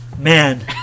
man